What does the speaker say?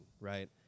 right